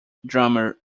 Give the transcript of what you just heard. drummer